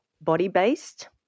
body-based